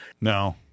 No